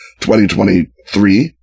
2023